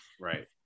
Right